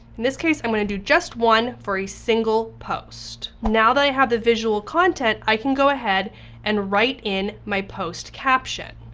in this case, i'm gonna do just one for a single post. now that i have the visual content, i can go ahead and write in my post caption.